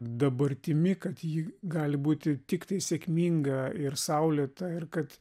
dabartimi kad ji gali būti tiktai sėkminga ir saulėta ir kad